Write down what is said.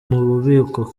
bubiko